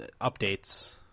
updates